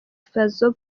fayzo